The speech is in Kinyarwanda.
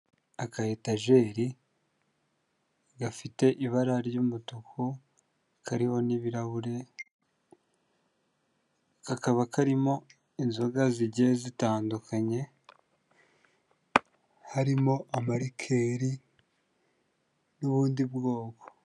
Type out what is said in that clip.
Akayitajeri gafite ibara ry'umutuku kariho n'ibirahure, kakaba karimo inzoga zitandukanye harimo amarikeri n'ubundi bwoko.